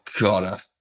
god